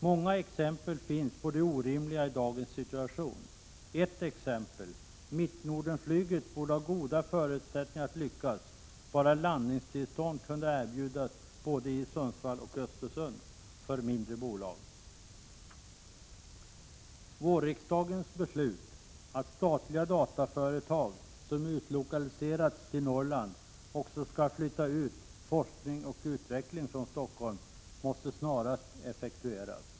Många exempel finns på det orimliga i dagens situation. Ett exempel: Mittnordenflyget borde ha goda förutsättningar att lyckas bara landningstillstånd kunde erbjudas i både Sundsvall och Östersund för mindre bolag. Vårriksdagens beslut att statliga dataföretag som utlokaliserats till Norrland också skall flytta ut forskning och utveckling från Stockholm måste snarast effektueras.